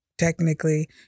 Technically